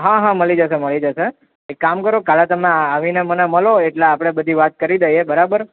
હાં હાં મળી જશે મળી જશે એક કામ કરો કાલે તમે આવીને મને મલો એટલે આપડે બધી વાત કરી દઈયે બરાબર